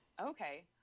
Okay